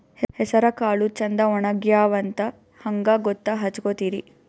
ಹೆಸರಕಾಳು ಛಂದ ಒಣಗ್ಯಾವಂತ ಹಂಗ ಗೂತ್ತ ಹಚಗೊತಿರಿ?